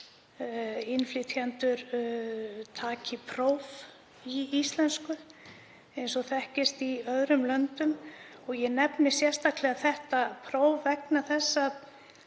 innflytjendur taki próf í íslensku eins og þekkist í öðrum löndum. Ég nefni sérstaklega þetta próf vegna þess að